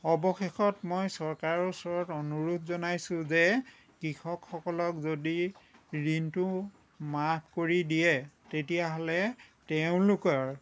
অৱশেষত মই চৰকাৰৰ ওচৰত অনুৰোধ জনাইছোঁ যে কৃসকসকলক যদি ঋণটো মাফ কৰি দিয়ে তেতিয়াহ'লে তেওঁলোকৰ